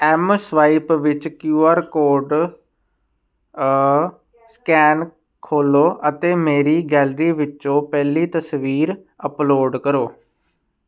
M swipe ਵਿੱਚ Q R code scanner ਖੋਲ੍ਹੋ ਅਤੇ ਮੇਰੀ ਗੈਲਰੀ ਵਿੱਚੋਂ ਪਹਿਲੀ ਤਸਵੀਰ ਅੱਪਲੋਡ ਕਰੋ